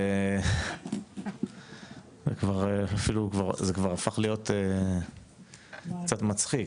זה כבר הפך להיות קצת מצחיק,